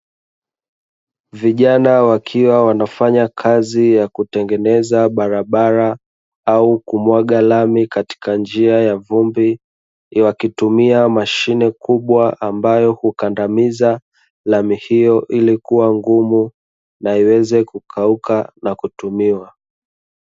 Vijana wakiwa wanafanya kazi ya kutengenezea barabara au kumwaga lami katika njia ya vumbi, wakitumia mashine kubwa ambayo hukandamiza lami hiyo ili kuwa ngumu na iweze kukauka na kutumiwa.